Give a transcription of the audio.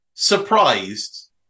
surprised